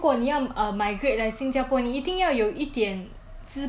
资本 err 政府才会让你来的 [what] 你看那些 expats